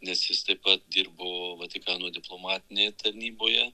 nes jis taip pat dirbo vatikano diplomatinėj tarnyboje